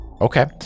Okay